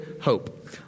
hope